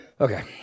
Okay